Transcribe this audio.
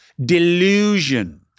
delusion